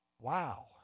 Wow